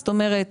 זאת אומרת